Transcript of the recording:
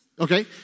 Okay